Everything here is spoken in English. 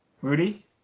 Rudy